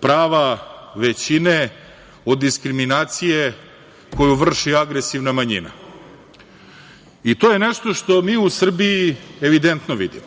prava većine od diskriminacije, koju vrši agresivna manjina. To je nešto što mi u Srbiji evidentno vidimo.